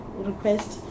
request